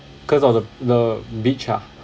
because of the the beach ah